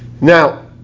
Now